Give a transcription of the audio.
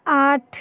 आठ